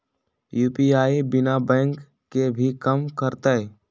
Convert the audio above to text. UPI बिना bank के भी कम करतै?